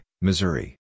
Missouri